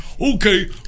Okay